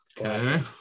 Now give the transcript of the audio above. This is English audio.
Okay